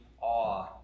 awe